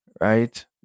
right